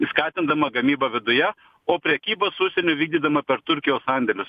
skatindama gamybą viduje o prekybą su užsieniu vykdydama per turkijos sandėlius